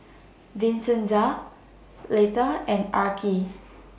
Vincenza Leitha and Arkie